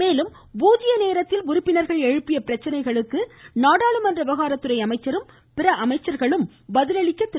மேலும் பூஜ்ஜிய நேரத்தில் உறுப்பினர்கள் எழுப்பிய பிரச்சனைக்கு நாடாளுமன்ற விவகாரத்துறை அமைச்சரும் பிற அமைச்சர்களும் பதிலளிக்க திரு